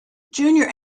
junior